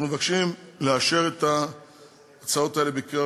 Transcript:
אנחנו מבקשים לאשר את ההצעות האלה בקריאה